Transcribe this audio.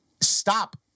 stop